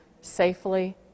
safely